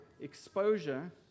exposure